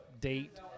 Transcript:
date